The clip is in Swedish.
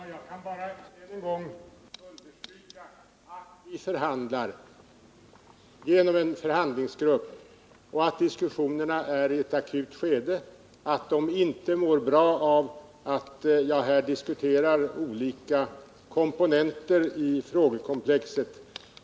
Herr talman! Jag kan bara än en gång understryka att vi förhandlar genom en förhandlingsgrupp, att diskussionerna befinner sig i ett akut skede och att de inte mår bra av att jag här diskuterar olika komponenter i frågekomplexet.